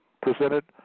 presented